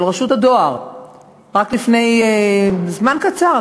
של רשות הדואר רק לפני זמן קצר,